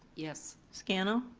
yes. scannell?